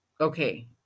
Okay